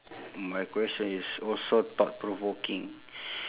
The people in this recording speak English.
my question is also thought provoking